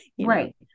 Right